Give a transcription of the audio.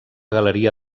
galeria